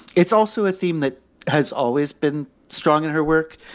it's also a theme that has always been strong in her work.